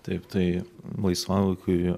taip tai laisvalaikiui